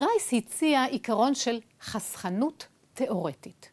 רייס הציע עיקרון של חסכנות תאורטית.